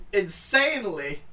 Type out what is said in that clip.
insanely